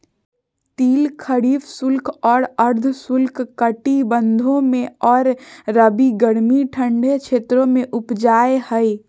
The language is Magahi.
तिल खरीफ शुष्क और अर्ध शुष्क कटिबंधों में और रबी गर्मी ठंडे क्षेत्रों में उपजै हइ